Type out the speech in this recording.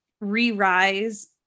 re-rise